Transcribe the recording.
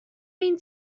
mean